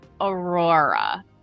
aurora